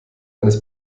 eines